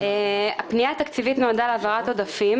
הפנייה התקציבית נועדה להעברת עודפים